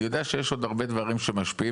אני יודע שיש עוד הרבה דברים שמשפיעים,